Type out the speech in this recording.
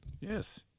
Yes